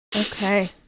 okay